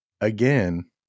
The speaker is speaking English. again